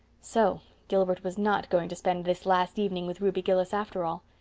so gilbert was not going to spend this last evening with ruby gillis after all!